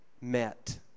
met